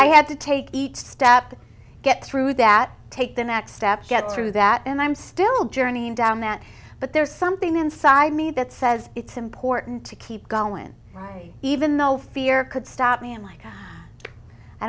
i had to take each step to get through that take the next step get through that and i'm still journeying down that but there's something inside me that says it's important to keep going even though fear could stop me i'm like i